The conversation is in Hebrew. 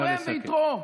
תורם ויתרום.